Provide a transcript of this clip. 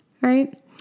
right